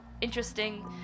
interesting